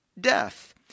death